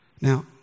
Now